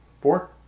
Four